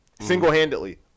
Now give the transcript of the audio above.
single-handedly